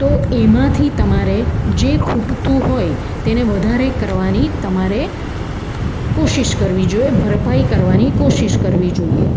તો એમાંથી તમારે જે ખૂટતું હોય તેને વધારે કરવાની તમારે કોશિશ કરવી જોએ ભરપાઈ કરવાની કોશિશ કરવી જોએ